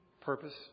purpose